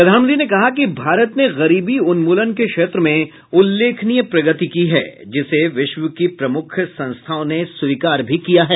प्रधानमंत्री ने कहा कि भारत ने गरीबी उन्मूलन के क्षेत्र में उल्लेखनीय प्रगति की है जिसे विश्व की प्रमुख संस्थाओं ने स्वीकार भी किया है